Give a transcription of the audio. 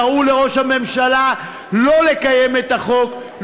קראו לראש הממשלה שלא לקיים את החוק,